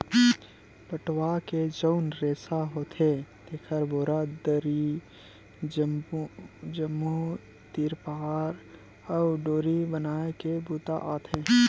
पटवा के जउन रेसा होथे तेखर बोरा, दरी, तम्बू, तिरपार अउ डोरी बनाए के बूता आथे